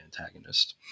antagonist